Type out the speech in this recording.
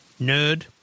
nerd